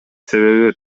себеби